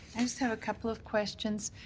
i just have a couple of questions.